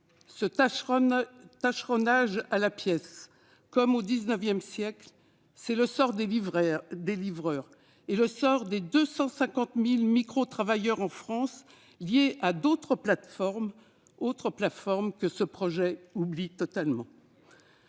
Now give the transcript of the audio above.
Ce tâcheronnage à la pièce, comme au XIX siècle, est le sort actuel des livreurs et celui des 250 000 microtravailleurs liés, en France, à d'autres plateformes que ce projet oublie d'ailleurs